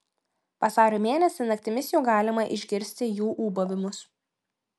vasario mėnesį naktimis jau galima išgirsti jų ūbavimus